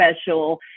special